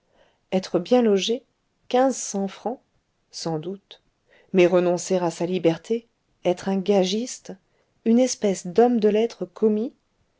être bien logé quinze cents francs sans doute mais renoncer à sa liberté être un gagiste une espèce d'homme de lettres commis